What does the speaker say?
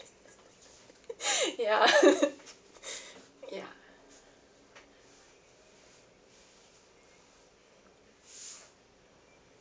ya ya